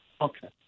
Okay